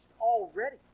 already